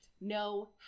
No